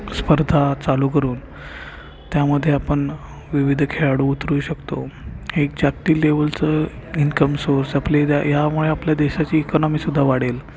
स्पर्धा चालू करून त्यामध्ये आपण विविध खेळाडू उतरू शकतो एक जागतिक लेवलचं इन्कम सोर्स आपले यामुळे आपल्या देशाची इकॉनॉमीसुद्धा वाढेल